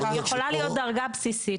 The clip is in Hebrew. אז יכולה להיות דרגה בסיסית,